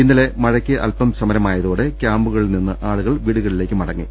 ഇന്നലെ മഴയ്ക്ക് അൽപം ശമ നമായതോടെ ക്യാംപുകളിൽ നിന്ന് ആളുകൾ വീടുകളിലേക്ക് മട ങ്ങി